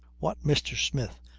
what mr. smith?